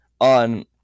on